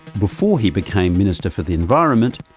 before he became minister for the environment,